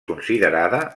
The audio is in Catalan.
considerada